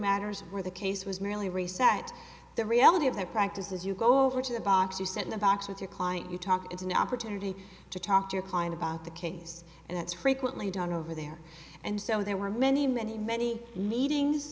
matters where the case was merely reset the reality of the practice as you go over to the box you sit in a box with your client you talk it's an opportunity to talk to your client about the case and that's frequently done over there and so there were many many many meetings